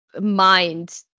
mind